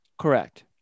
Correct